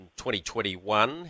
2021